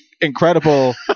incredible